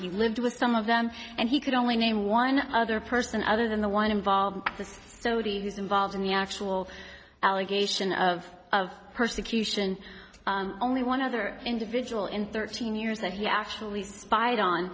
he lived with some of them and he could only name one other person other than the one involved the studies involved in the actual allegation of persecution only one other individual in thirteen years that he actually spied on